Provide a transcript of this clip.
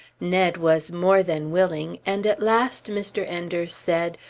ned was more than willing and at last mr. enders said,